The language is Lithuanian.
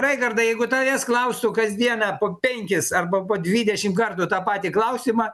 raigardai jeigu tavęs klausiu kasdieną po penkis arba po dvidešimt kartų tą patį klausimą